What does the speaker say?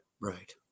Right